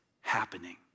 happening